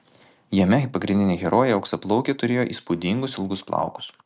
jame pagrindinė herojė auksaplaukė turėjo įspūdingus ilgus plaukus